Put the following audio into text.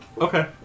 Okay